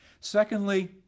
Secondly